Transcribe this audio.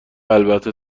البته